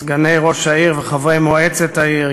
סגני ראש העיר וחברי מועצת העיר,